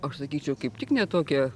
aš sakyčiau kaip tik ne tokia